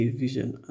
vision